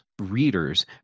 readers